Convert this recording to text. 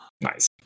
Nice